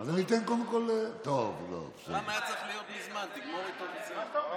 היה צריך להיות מזמן, תגמור איתו וזהו.